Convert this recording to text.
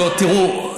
תראו,